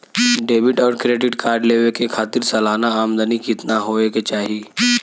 Debit और credit card लेवे के खातिर सलाना आमदनी कितना हो ये के चाही?